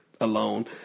alone